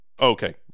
Okay